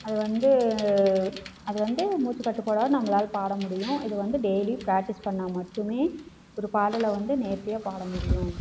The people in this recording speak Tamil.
அதுவந்து அதுவந்து மூச்சு கட்டுப்பாடால் நம்மளால பாடமுடியும் இதுவந்து டெய்லியும் பிராக்டிஸ் பண்ணிணா மட்டுமே ஒரு பாடலை வந்து நேர்த்தியாக பாடமுடியும்